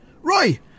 Roy